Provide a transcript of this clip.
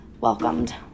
welcomed